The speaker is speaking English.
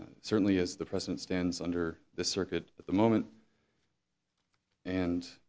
and certainly as the president stands under the circuit at the moment and